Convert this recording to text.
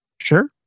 Sure